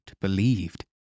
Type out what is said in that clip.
believed